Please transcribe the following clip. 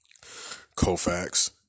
Kofax